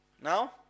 Now